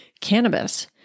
cannabis